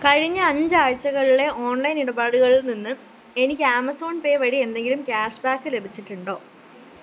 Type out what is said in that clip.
കഴിഞ്ഞ അഞ്ച് ആഴ്ച്ചകളിലെ ഓൺലൈൻ ഇടപാടുകളിൽനിന്ന് എനിക്ക് ആമസോൺ പേ വഴി എന്തെങ്കിലും ക്യാഷ്ബാക്ക് ലഭിച്ചിട്ടുണ്ടോ